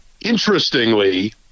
interestingly